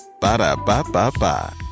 Ba-da-ba-ba-ba